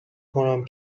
کنم